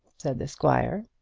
said the squire.